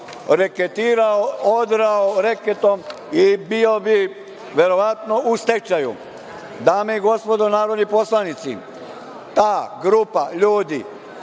reketirao, odrao reketom i bio bi verovatno u stečaju. Dame i gospodo narodni poslanici, ta grupa ljudi